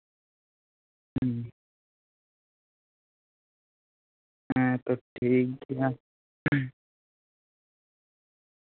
ᱦᱮᱸ ᱛᱚ ᱴᱷᱤᱠ ᱜᱮᱭᱟ